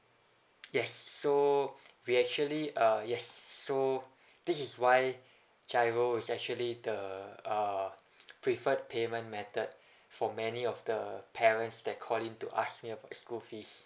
yes so we actually uh yes so this is why giro is actually the uh preferred payment method for many of the parents that call in to ask me of the school fees